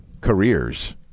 careers